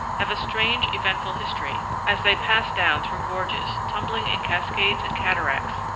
have a strange, eventful history as they pass down through gorges, tumbling in cascades and cataracts,